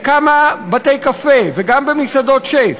בכמה בתי-קפה וגם במסעדות שף.